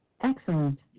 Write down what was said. Excellent